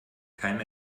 keine